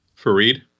Fareed